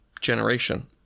generation